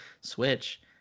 Switch